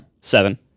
Seven